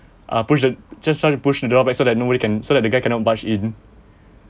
uh push the just trying to push the door so that nobody can so that the guy cannot barge in